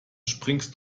springst